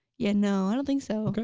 yeah, no, i don't think so. okay.